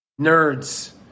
nerds